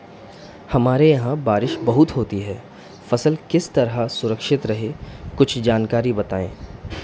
हमारे यहाँ बारिश बहुत होती है फसल किस तरह सुरक्षित रहे कुछ जानकारी बताएं?